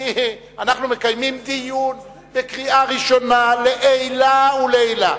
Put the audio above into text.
אנחנו מקיימים דיון בקריאה ראשונה לעילא ולעילא.